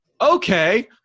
okay